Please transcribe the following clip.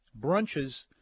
brunches